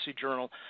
Journal